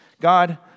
God